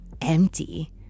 empty